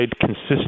consistent